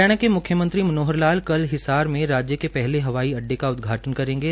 हरियाणा के मुख्यमंत्री मनोहर लाल कल हिसार में राज्य के पहले हवाई अड्डे का उदघाटन करेंगे